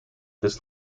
this